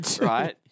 right